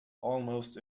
almost